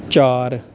ਚਾਰ